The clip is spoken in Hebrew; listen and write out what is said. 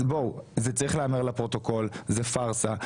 אז בואו, זה צריך להיאמר לפרוטוקול, זה פרסה.